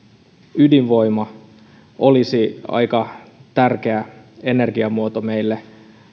ydinvoima olisi aika tärkeä energiamuoto meille